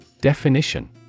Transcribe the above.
Definition